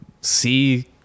see